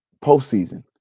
postseason